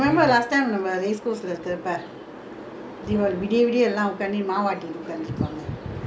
deepavali விடிய விடிய எல்லா ஒக்காந்து மாவாட்டி ஒக்காந்து இருப்பாங்க:vidiya vidiya ella okkanthu maavaatti okkanthu irupangga they used to outside the corridor